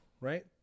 right